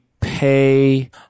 pay